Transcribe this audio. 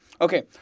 Okay